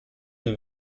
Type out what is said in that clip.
nur